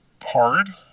hard